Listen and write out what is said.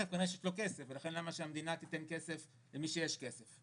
כנראה שיש לו כסף ולמה שהמדינה תיתן כסף למי שיש לו כסף.